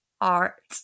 art